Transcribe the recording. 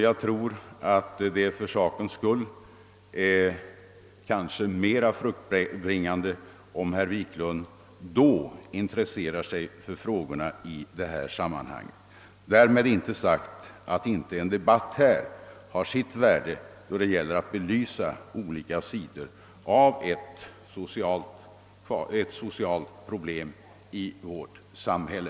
Jag tror att det för sakens skull kanske vore mera fruktbringande om herr Wiklund i samband med utredningens arbete intresserar sig för frågorna i detta sammanhang. Därmed är inte sagt att inte en debatt här i riksdagen har sitt värde då det gäller att belysa olika sidor av ett socialt problem i vårt samhälle.